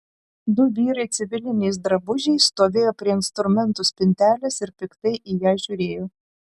du vyrai civiliniais drabužiais stovėjo prie instrumentų spintelės ir piktai į ją žiūrėjo